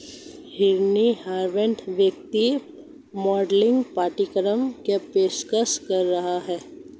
Henry Harvin वित्तीय modelling पाठ्यक्रम की पेशकश कर रहा हैं